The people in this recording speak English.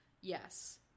Yes